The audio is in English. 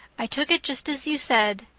i took it just as you said.